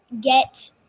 get